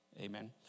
Amen